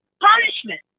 punishment